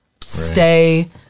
stay